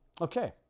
Okay